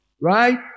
Right